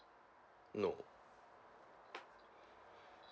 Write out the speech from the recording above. no